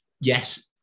yes